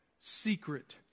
secret